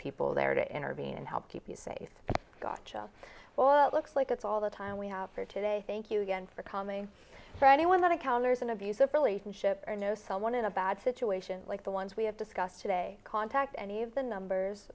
people there to intervene and help keep you safe but gottschall well it looks like it's all the time we have for today thank you again for kami for anyone not to colors an abusive relationship or know someone in a bad situation like the ones we have discussed today contact any of the numbers